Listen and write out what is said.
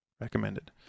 Recommended